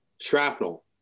shrapnel